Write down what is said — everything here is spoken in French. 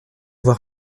avoir